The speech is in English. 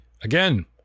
Again